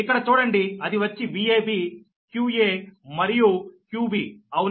ఇక్కడ చూడండి అది వచ్చి Vab qa మరియు qbఅవునా